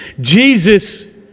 Jesus